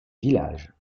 villages